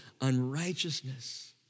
unrighteousness